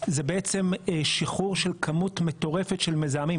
זה בעצם שחרור של כמות מטורפת של מזהמים,